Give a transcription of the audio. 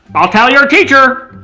i'll tell your teacher.